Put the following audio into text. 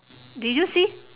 did you see